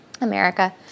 America